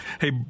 Hey